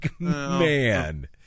man